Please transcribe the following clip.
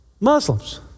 Muslims